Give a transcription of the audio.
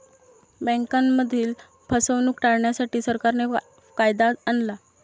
बँकांमधील फसवणूक टाळण्यासाठी, सरकारने कायदा आणला